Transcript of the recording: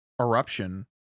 Eruption